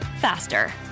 faster